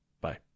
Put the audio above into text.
Bye